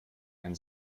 einen